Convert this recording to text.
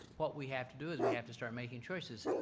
what we have to do is we have to start making choices.